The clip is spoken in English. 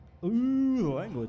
language